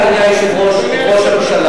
משבח, אדוני היושב-ראש, את ראש הממשלה